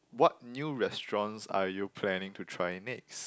what new restaurants are you planning to try next